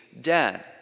dead